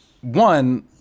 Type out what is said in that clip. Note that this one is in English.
One